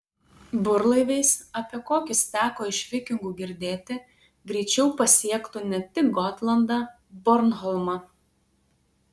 burlaiviais apie kokius teko iš vikingų girdėti greičiau pasiektų ne tik gotlandą bornholmą